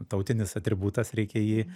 tautinis atributas reikia jį